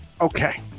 Okay